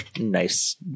nice